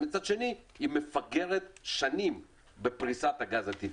מצד שני היא מפגרת שנים בפריסת הגז הטבעי.